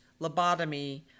lobotomy